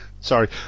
sorry